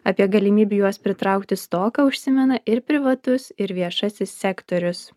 apie galimybių juos pritraukti stoką užsimena ir privatus ir viešasis sektorius